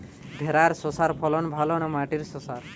ভেরার শশার ফলন ভালো না মাটির শশার?